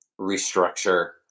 restructure